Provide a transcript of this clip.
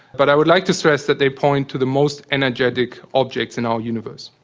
but i would like to stress that they point to the most energetic objects in our universe.